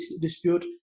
dispute